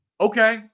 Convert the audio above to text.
Okay